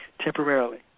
temporarily